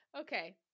Okay